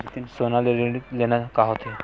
सोना ले ऋण लेना का होथे?